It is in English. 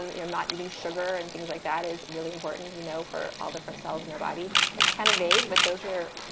um not eating sugar and things like that is really important, you know, for all different cells in your body. it's kind of vague, but those are.